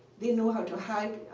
they knew how to hike.